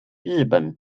日本